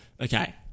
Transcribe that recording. Okay